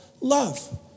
Love